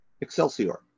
Excelsior